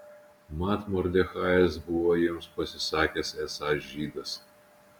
mat mordechajas buvo jiems pasisakęs esąs žydas